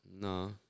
No